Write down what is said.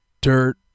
dirt